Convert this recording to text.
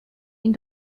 ihn